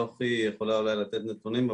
יוכי אולי יכולה לתת נתונים,